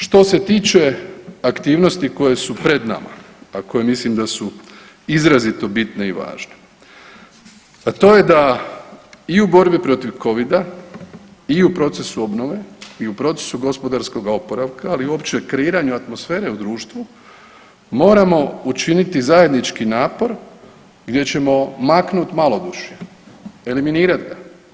Što se tiče aktivnosti koje su pred nama, a koje mislim da su izrazito bitne i važne, a to je da i u borbi protiv Covida i u procesu obnove i u procesu gospodarskoga oporavka ali uopće i kreiranju atmosfere u društvu moramo učiniti zajednički napor gdje ćemo maknut malodušje, eliminirat ga.